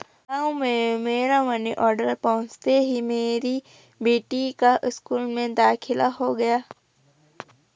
गांव में मेरा मनी ऑर्डर पहुंचते ही मेरी बेटी का स्कूल में दाखिला हो गया